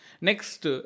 next